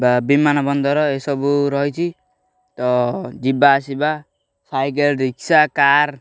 ବା ବିମାନ ବନ୍ଦର ଏସବୁ ରହିଛି ତ ଯିବା ଆସିବା ସାଇକେଲ ରିକ୍ସା କାର୍